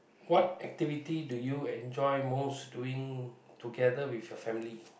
what activity do you enjoy most doing together with your family